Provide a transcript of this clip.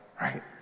right